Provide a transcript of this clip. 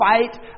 fight